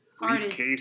artist